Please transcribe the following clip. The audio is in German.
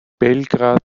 belgrad